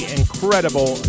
incredible